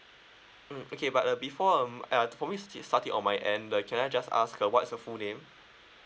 mm okay but uh before um uh for me to start it on my end uh can I just ask uh what's your full name